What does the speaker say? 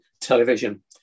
television